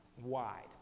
wide